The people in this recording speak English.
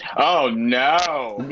oh, no.